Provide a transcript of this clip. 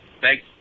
Thanks